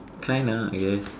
kinda I guess